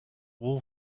wall